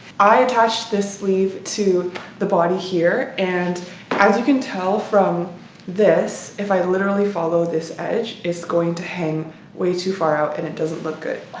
i attached this sleeve to the body here and as you can tell from this if i literally follow this edge it's going to hang way too far out and it doesn't look good.